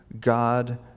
God